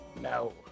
No